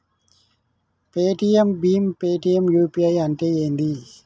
Paytm భీమ్ Paytm UPI అంటే ఏంది?